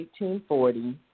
1840